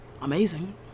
amazing